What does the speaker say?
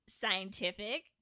Scientific